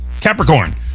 Capricorn